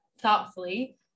thoughtfully